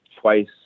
twice